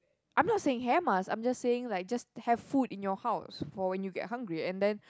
I'm not saying hair mask I'm just saying like just have food in your house for when you get hungry and then